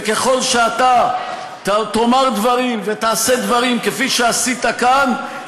וככל שאתה תאמר דברים ותעשה דברים כפי שעשית כאן,